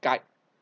guide